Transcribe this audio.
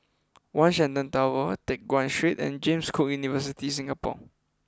One Shenton Tower Teck Guan Street and James Cook University Singapore